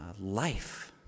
life